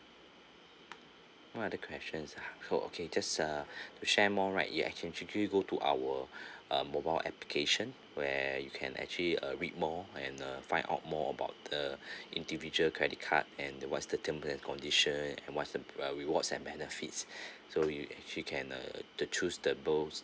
no other questions ah so okay just uh to share more right you can actually go to our uh mobile application where you can actually uh read more and uh find out more about the individual credit card and what's the terms and condition and what's the uh rewards and benefits so you actually can uh the choose the both